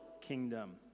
kingdom